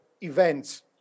events